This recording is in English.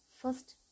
first